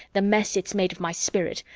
the mess it's made of my spirit,